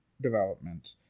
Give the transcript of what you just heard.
development